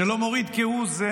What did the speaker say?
שלא מוריד כהוא זה,